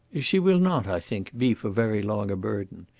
she will not, i think, be for very long a burden.